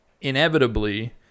inevitably